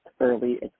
early